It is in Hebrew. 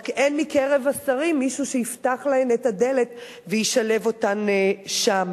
רק אין מקרב השרים מישהו שיפתח להן את הדלת וישלב אותן שם.